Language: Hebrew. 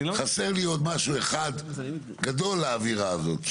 חסר לי עוד משהו אחד, גדול, לאווירה הזאת.